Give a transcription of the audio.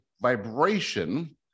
vibration